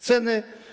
Ceny.